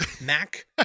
Mac